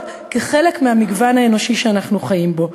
כעל חלק מהמגוון האנושי שאנחנו חיים בו.